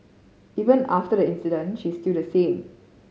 even after the incident she is still the same